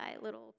little